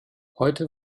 heute